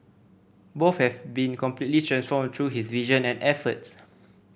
both have been completely transformed through his vision and efforts